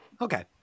Okay